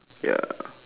ya